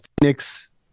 Phoenix